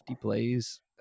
plays